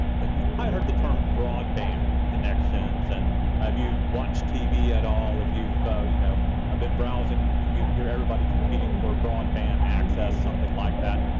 but you've probably heard the term broadband connections. and if you've watched tv at all, if you've you know been browsing, you hear everybody competing for broadband access, something like that.